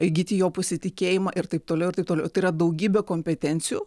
įgyti jo pasitikėjimą ir taip toliau ir taip toliau tai yra daugybė kompetencijų